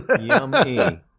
Yummy